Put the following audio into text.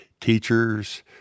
Teachers